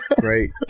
Great